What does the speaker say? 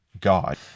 God